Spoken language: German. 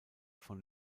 von